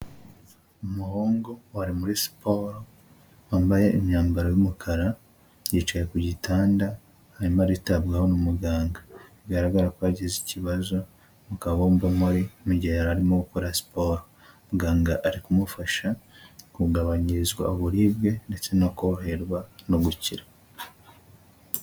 Umuhungu wari muri siporo, wambaye imyambaro y'umukara, yicaye ku gitanda arimo aritabwaho n'umuganga. Bigaragara ko yagize ikibazo mu kabumbambori mu gihe yari arimo gukora siporo. Muganga ari kumufasha kugabanyirizwa uburibwe ndetse no koroherwa no gukira.